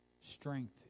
strength